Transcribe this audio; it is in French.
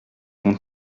vont